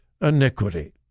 iniquity